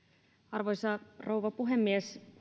arvoisa rouva puhemies